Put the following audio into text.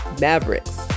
Mavericks